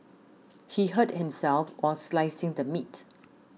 he hurt himself while slicing the meat